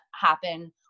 happen